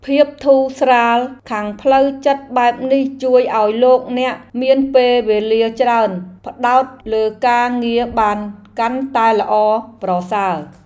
ភាពធូរស្រាលខាងផ្លូវចិត្តបែបនេះជួយឱ្យលោកអ្នកមានពេលវេលាច្រើនផ្តោតលើការងារបានកាន់តែល្អប្រសើរ។